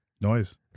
noise